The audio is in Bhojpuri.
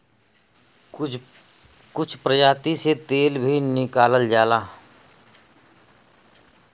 कुछ प्रजाति से तेल भी निकालल जाला